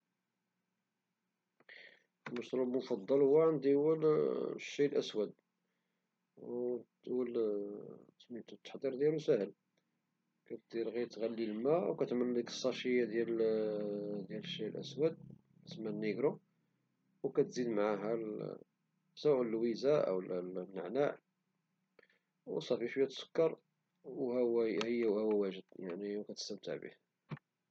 المشروب المفضل عندي هو الشاي الأسود والتحضير ديالو ساهل، كتغلي الماء كدير ديك الصاشي ديال الشاي الأسود - النيكرو- وكتزيد معها سواء اللويزة أو النعناع وصافي شوية د السكر وهاهو واجد باش تستمتع به.